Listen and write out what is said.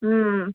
হুম